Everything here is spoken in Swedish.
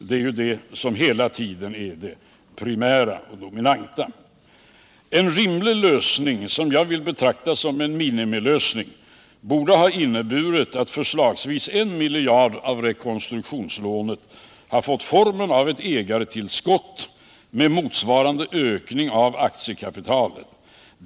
Detta är hela tiden det primära och dominanta. En rimlig lösning, som jag vill betrakta som en minimilösning, borde ha inneburit att förslagsvis I miljard av rekonstruktionslånet hade fått formen av ett ägartillskott med motsvarande ökning av aktiekapitalet.